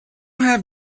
have